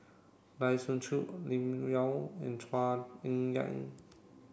Lai Siu Chiu Lim Yau and Chua Ek Kay